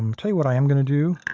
um tell you what i am going to do?